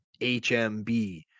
HMB